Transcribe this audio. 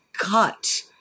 cut